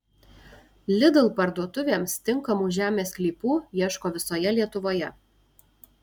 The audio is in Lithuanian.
lidl parduotuvėms tinkamų žemės sklypų ieško visoje lietuvoje